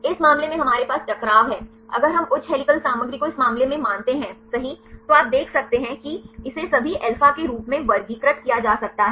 इस मामले में हमारे पास टकराव है अगर हम उच्च हेलिकल सामग्री को इस मामले में मानते हैं सही तो आप देख सकते हैं कि इसे सभी अल्फा के रूप में वर्गीकृत किया जा सकता है